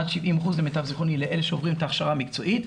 עד 70% למיטב זכרוני לאלה שעוברים את ההכשרה המקצועית,